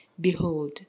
Behold